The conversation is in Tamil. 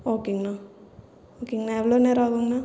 ஓகேங்கணா ஓகேங்கணா எவ்வளோ நேரம் ஆகுங்கணா